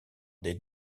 des